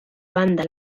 banda